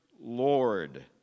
Lord